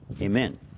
Amen